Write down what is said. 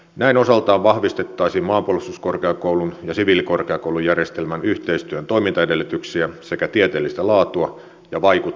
näin osaltaan vahvistettaisiin maanpuolustuskorkeakoulun ja siviilikorkeakoulujärjestelmän yhteistyön toimintaedellytyksiä sekä tieteellistä laatua ja vaikuttavuutta